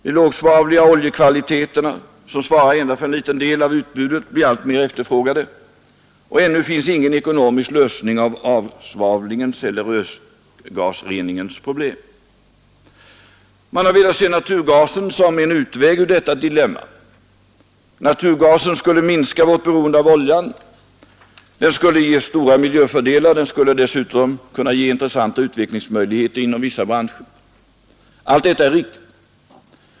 De lågsvavliga oljekvaliteterna, som svarar för endast en liten del av utbudet, blir alltmer efterfrågade, och ännu finns ingen ekonomisk lösning av avsvavlingens eller rökgasreningens problem. Man har velat se naturgasen som en utväg ur detta dilemma. Naturgasen skulle minska vårt beroende av oljan, den skulle ge stora miljöfördelar, och den skulle dessutom kunna ge intressanta utvecklingsmöjligheter inom vissa branscher. Allt detta är riktigt.